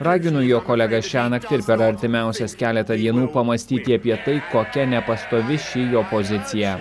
ragino jo kolega šiąnakt ir per artimiausias keletą dienų pamąstyti apie tai kokia nepastovi ši jo pozicija